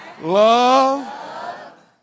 love